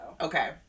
Okay